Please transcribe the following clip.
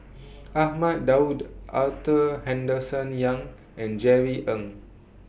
Ahmad Daud Arthur Henderson Young and Jerry Ng